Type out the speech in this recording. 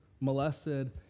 molested